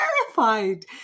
terrified